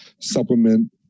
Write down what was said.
supplement